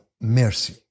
mercy